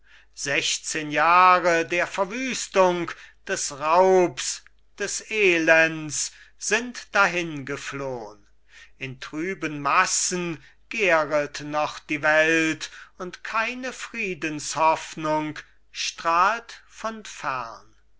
sechzehn jahre der verwüstung des raubs des elends sind dahingeflohn in trüben massen gäret noch die welt und keine friedenshoffnung strahlt von fern